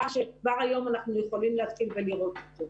פער שכבר היום אנחנו יכולים להתחיל ולראות אותו.